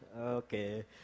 Okay